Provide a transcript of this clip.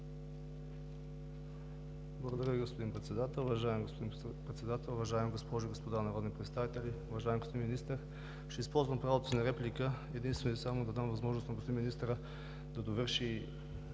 Благодаря Ви, господин Председател. Уважаеми господин Председател, уважаеми госпожи и господа народни представители, уважаеми господин Министър! Ще използвам правото си на реплика, единствено и само, за да дам възможност на господин министъра да довърши